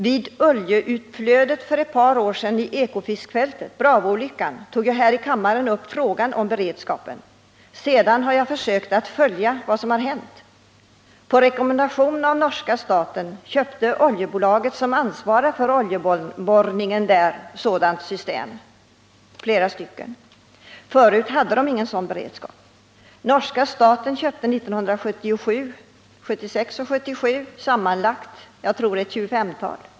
Vid oljeutflödet för ett par år sedan vid Ekofiskfältet, i samband med Bravo-olyckan, tog jag här i kammaren upp frågan om beredskapen. Sedan har jag försökt att följa vad som har hänt. På rekommendation av norska staten köpte oljebolaget, som ansvarar för oljeborrningen vid Ekofiskfältet, flera sådana system. Förut hade man inte någon sådan beredskap. Åren 1976 och 1977 köpte norska staten sammanlagt ett 25-tal system, om jag inte tar fel.